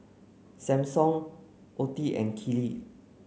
Sampson Ottie and Keely